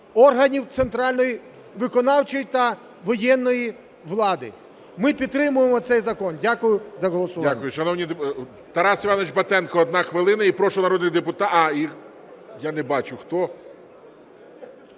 органів центральної виконавчої та воєнної влади. Ми підтримуємо цей закон. Дякую за голосування.